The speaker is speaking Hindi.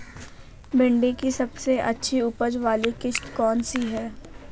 भिंडी की सबसे अच्छी उपज वाली किश्त कौन सी है?